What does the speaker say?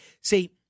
See